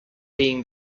being